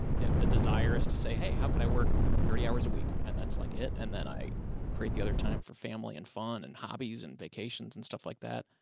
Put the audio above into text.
if the desire is to say, hey, how can i work thirty hours a week and that's like it, and then i create the other time for family and fun and hobbies and vacations and stuff like that.